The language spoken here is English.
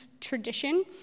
tradition